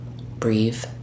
breathe